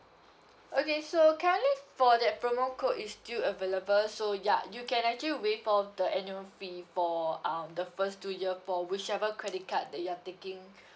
okay so currently for that promo code is still available so ya you can actually waive for the annual fee for um the first two year for whichever credit card that you are taking